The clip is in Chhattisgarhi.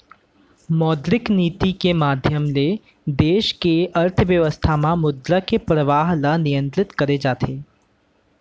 मौद्रिक नीति के माधियम ले देस के अर्थबेवस्था म मुद्रा के परवाह ल नियंतरित करे जाथे